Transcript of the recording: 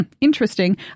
interesting